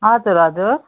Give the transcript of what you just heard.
हजुर हजुर